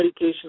medications